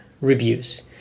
reviews